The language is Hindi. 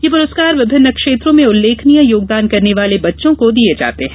ये पुरस्कार विभिन्न क्षेत्रों में उल्लेखनीय योगदान करने वाले बच्चों को प्रतिवर्ष दिये जाते हैं